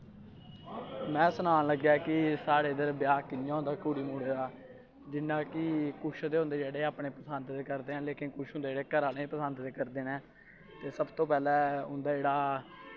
में सनान लगेआ कि साढ़े इद्धर ब्याह् कि'यां होंदा कुड़ी मुड़े दा जि'यां कि किश ते होंदे जेह्ड़े अपनी पसंद दे करदे ऐ लेकिन किश होंदे ऐ जेह्ड़े घर आह्लें दा पसंद दे करदे न ते सबतो पैह्लें उंदा जेह्ड़ा